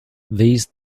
these